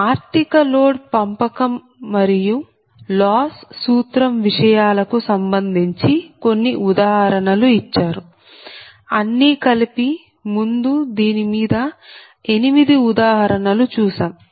ఆర్థిక లోడ్ పంపకం మరియు లాస్ సూత్రం విషయాలకు సంబంధించి కొన్ని ఉదాహరణలు ఇచ్చారు అన్ని కలిపి ముందు దీని మీద 8 ఉదాహరణలు చూసాము